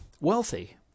wealthy